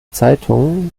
zeitungen